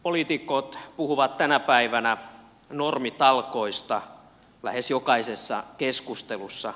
poliitikot puhuvat tänä päivänä normitalkoista lähes jokaisessa keskustelussa